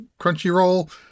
Crunchyroll